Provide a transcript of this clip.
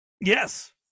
yes